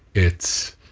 it's